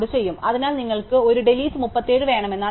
അതിനാൽ നിങ്ങൾക്ക് ഒരു ഡിലീറ്റ് 37 വേണമെന്നാണ് കരുതുന്നു